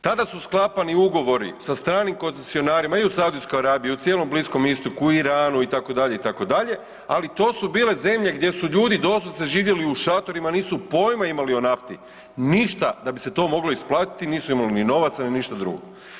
Tada su sklapani ugovori sa stranim koncesionarima i u Saudijskoj Arabiji i u cijelom Bliskom Istoku i Iranu itd., itd., ali to su bile zemlje gdje su ljudi doslovce živjeli u šatorima nisu poima imali o nafti, ništa da bi se to moglo isplatiti, nisu imali ni novaca, ni ništa drugo.